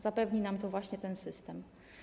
Zapewni nam to właśnie ten system.